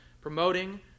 promoting